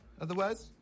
Otherwise